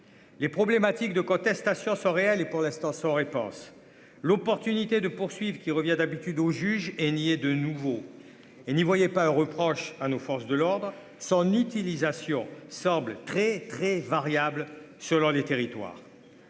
les problématiques de contestation sans réels et pour l'instant sans réponse l'opportunité de poursuivre, qui revient d'habitude au juge et nié de nouveau et n'y voyez pas un reproche à nos forces de l'ordre, son utilisation semble très très variable selon les territoires.